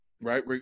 right